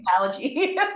analogy